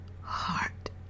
heart